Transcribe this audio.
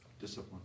Discipline